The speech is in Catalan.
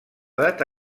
data